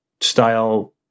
style